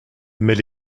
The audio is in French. mais